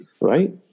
right